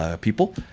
people